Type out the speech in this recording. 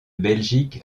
belgique